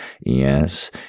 Yes